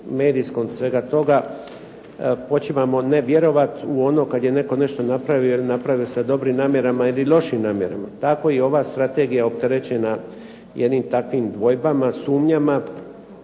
medijskom svega toga počinjemo ne vjerovati u ono kad je netko nešto napravio da je napravio sa dobrim namjerama ili lošim namjerama. Tako je i ova strategija opterećena jednim takvim dvojbama, sumnjama